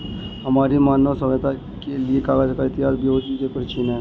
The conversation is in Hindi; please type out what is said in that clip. हमारी मानव सभ्यता के लिए कागज का इतिहास बहुत ही प्राचीन है